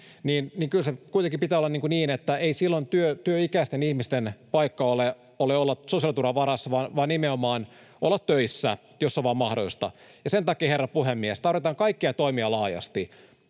Kyllä sen kuitenkin pitää olla niin, että ei silloin työikäisten ihmisten paikka ole olla sosiaaliturvan varassa vaan nimenomaan olla töissä, jos se on vain mahdollista. Sen takia, herra puhemies, tarvitaan kaikkia toimia laajasti.